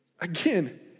Again